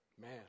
Man